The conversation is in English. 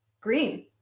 green